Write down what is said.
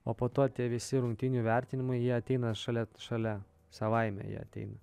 o po to visi rungtynių vertinimai jie ateina šalia šalia savaime jie ateina